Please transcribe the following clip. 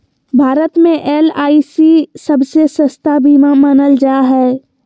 भारत मे एल.आई.सी सबसे सस्ता बीमा मानल जा हय